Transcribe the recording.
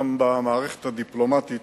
גם במערכת הדיפלומטית,